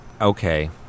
Okay